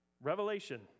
Revelation